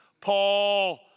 Paul